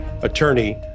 attorney